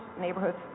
neighborhoods